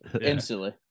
instantly